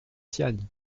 siagne